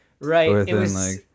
Right